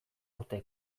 urte